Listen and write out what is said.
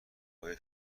های